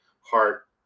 heart